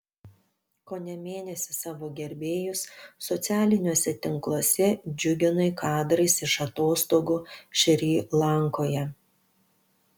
kone mėnesį savo gerbėjus socialiniuose tinkluose džiuginai kadrais iš atostogų šri lankoje